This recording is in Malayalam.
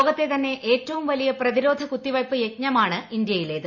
ലോകത്തെതന്നെ ഏറ്റവും വലിയ പ്രതിരോധ കുത്തിവയ്പ് യജ്ഞമാണ് ഇന്ത്യയിലേത്